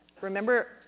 Remember